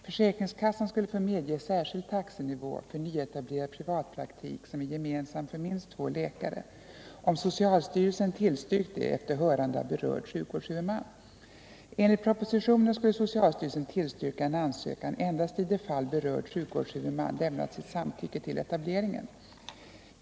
Försäkringskassan skulle få medge särskild taxenivå för nyetablerad privatpraktik som är gemensam för minst två läkare, om socialstyrelsen tillstyrkt det efter hörande av berörd sjukvårdshuvudman. Enligt propositionen skulle socialstyrelsen tillstyrka en ansökan endast i de fall berörd sjukvårdshuvudman lämnat sitt samtycke till etableringen.